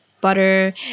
Butter